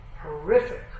horrific